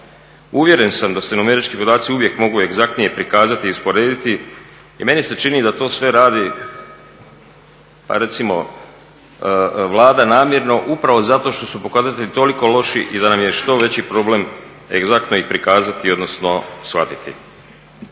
Uvjeren sam da se numerički podaci uvijek mogu egzaktnije prikazati i usporediti i meni se čini da to sve radi pa recimo Vlada namjerno upravo zato što su pokazatelji toliko loši i da nam je što veći problem egzaktno ih prikazati odnosno shvatiti.